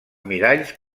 miralls